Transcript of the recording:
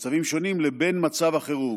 שונים לבין מצב החירום.